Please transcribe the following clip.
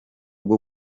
bwo